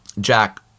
Jack